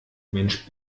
mensch